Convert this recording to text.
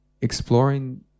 exploring